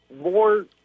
more